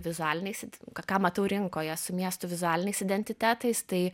vizualiniais it ką matau rinkoje su miestų vizualiniais identitetais tai